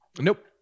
nope